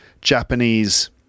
japanese